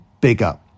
bigger